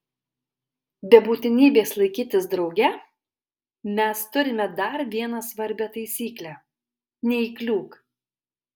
be būtinybės laikytis drauge mes turime dar vieną svarbią taisyklę neįkliūk